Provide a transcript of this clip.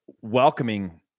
welcoming